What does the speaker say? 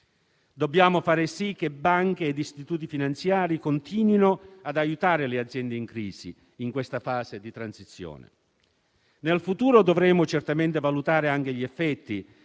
Dobbiamo far sì che banche e istituti finanziari continuino ad aiutare le aziende in crisi in questa fase di transizione. Nel futuro dovremo certamente valutare anche gli effetti